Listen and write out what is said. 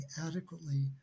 adequately